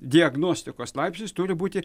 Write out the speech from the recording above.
diagnostikos laipsnis turi būti